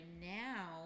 now